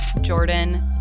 Jordan